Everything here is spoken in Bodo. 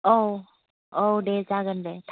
औ औ दे जागोन दे